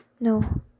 No